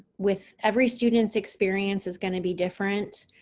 with every student's experience is going to be different,